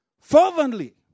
Fervently